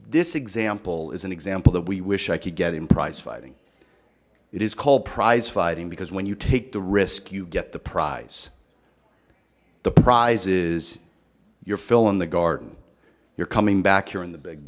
this example is an example that we wish i could get in prize fighting it is called prize fighting because when you take the risk you get the prize the prize is your fill in the garden you're coming back you're in the big